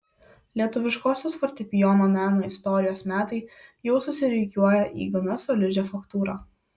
lietuviškosios fortepijono meno istorijos metai jau susirikiuoja į gana solidžią faktūrą